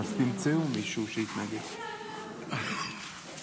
נקודה נוספת היא שגם תרופות שנמצאות בסל בסופו